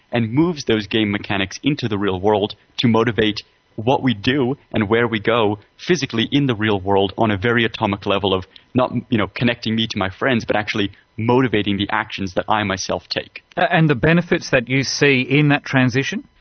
and moves those game mechanics into the real world to motivate what we do and where we go, physically in the real world, on a very atomic level of not you know connecting me to my friends, but actually motivating the actions that i myself take. and the benefits that you see in that transition?